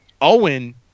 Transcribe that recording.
Owen